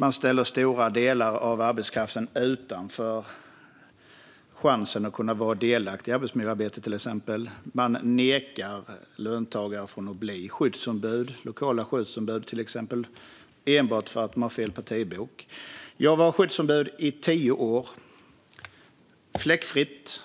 Man ställer stora delar av arbetskraften utanför chansen att vara delaktig i arbetsmiljöarbetet, till exempel. Man nekar löntagare att bli lokala skyddsombud, till exempel, enbart för att personen har fel partibok. Jag var skyddsombud i tio år, fläckfritt.